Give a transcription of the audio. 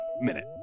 minute